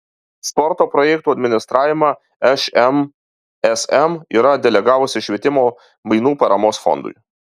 sporto projektų administravimą šmsm yra delegavusi švietimo mainų paramos fondui